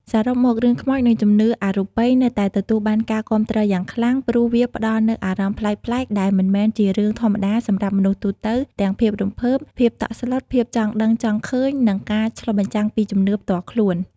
សរុបមក រឿងខ្មោចនិងជំនឿអរូបីនៅតែទទួលបានការគាំទ្រយ៉ាងខ្លាំង ព្រោះវាផ្តល់នូវអារម្មណ៍ប្លែកៗដែលមិនមែនជារឿងធម្មតាសម្រាប់មនុស្សទូទៅ ទាំងភាពរំភើប ភាពតក់ស្លុត ភាពចង់ដឹងចង់ឃើញ និងការឆ្លុះបញ្ចាំងពីជំនឿផ្ទាល់ខ្លួន។